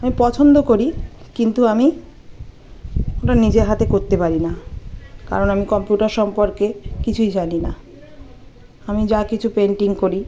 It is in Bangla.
হ্যাঁ পছন্দ করি কিন্তু আমি ওটা নিজে হাতে করতে পারি না কারণ আমি কম্পিউটার সম্পর্কে কিছুই জানি না আমি যা কিছু পেন্টিং করি